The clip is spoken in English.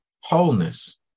wholeness